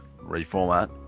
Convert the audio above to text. Reformat